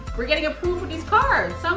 were getting approved for these cards. i'm